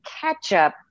ketchup